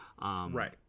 Right